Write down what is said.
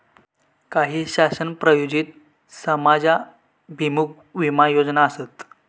काही शासन प्रायोजित समाजाभिमुख विमा योजना आसत